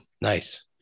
nice